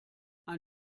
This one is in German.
ein